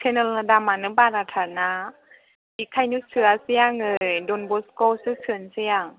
सेनेलना दामानो बाराथारना बेखायनो सोआसै आङो डनबस्क'आवसो सोनोसै आं